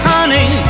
Honey